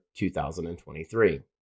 2023